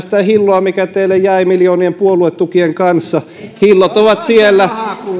sitä hilloa mikä teille jäi miljoonien puoluetukien kanssa hillot ovat siellä